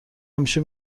همیشه